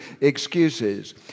excuses